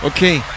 Okay